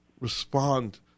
respond